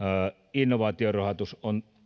innovaatiorahoitus on